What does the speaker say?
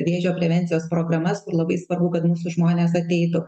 vėžio prevencijos programasir labai svarbu kad mūsų žmonės ateitų